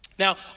Now